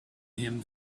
him